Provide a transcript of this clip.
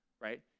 right